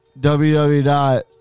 www